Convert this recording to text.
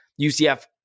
UCF